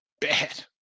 bad